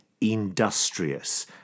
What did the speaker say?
industrious